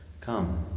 Come